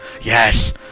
Yes